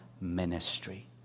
ministry